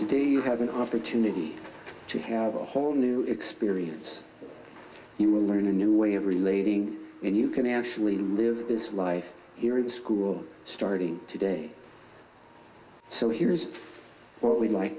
you have an opportunity to have a whole new experience you will learn a new way of relating and you can actually live this life here in school starting today so here is what we like